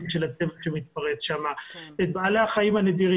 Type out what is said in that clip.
של הטבע שמתפרץ שם ואת בעלי החיים הנדירים.